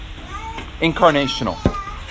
Incarnational